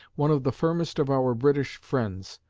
one of the firmest of our british friends.